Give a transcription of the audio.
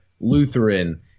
Lutheran